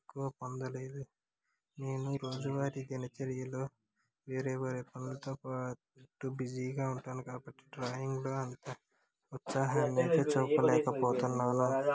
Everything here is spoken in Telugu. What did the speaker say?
ఎక్కువ పొందలేదు నేను రోజువారి దినచర్యలో వేరే పనులతో పాటు బిజీగా ఉంటాను కాబట్టి డ్రాయింగ్లో అంత ఉత్సాహాన్ని అయితే చూపలేకపోతున్నాను